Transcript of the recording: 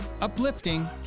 uplifting